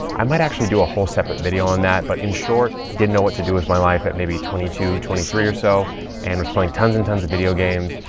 i might actually do a whole separate video on that but, in short, didn't know what to do with my life at may be twenty two, twenty three or so and was playing tons and tons of video games.